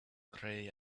grey